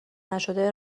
نشده